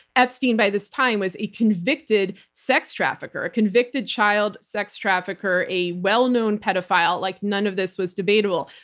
epstein by this time was a convicted sex trafficker, a convicted child sex trafficker, a well-known pedophile. like none of this was debatable.